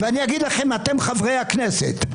ואתם חברי הכנסת,